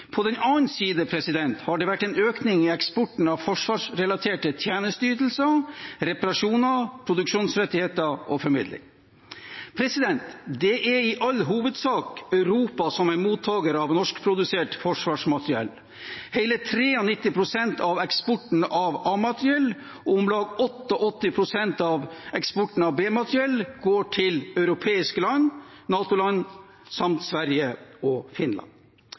På den annen side har det vært en økning i eksporten av forsvarsrelaterte tjenesteytelser, reparasjoner, produksjonsrettigheter og formidling. Det er i all hovedsak Europa som er mottaker av norskprodusert forsvarsmateriell. Hele 93 pst. av eksporten av A-materiell og om lag 88 pst. av eksporten av B-materiell går til europeiske land, NATO-land samt Sverige og Finland.